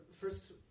first